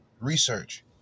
research